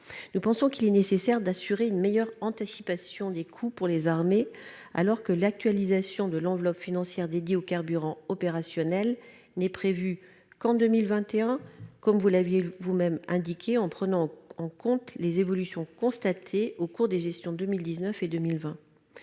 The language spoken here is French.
Nous pensons qu'il est nécessaire d'assurer une meilleure anticipation des coûts pour les armées alors que l'actualisation de l'enveloppe financière dédiée aux carburants opérationnels n'est prévue qu'en 2021, comme vous l'avez vous-même indiqué, en prenant en compte les évolutions constatées au cours des gestions 2019 et 2020.